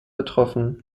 betroffen